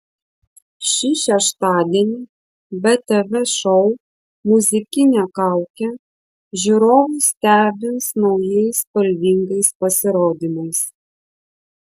šį šeštadienį btv šou muzikinė kaukė žiūrovus stebins naujais spalvingais pasirodymais